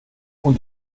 und